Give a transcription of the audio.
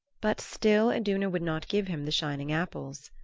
but still iduna would not give him the shining apples.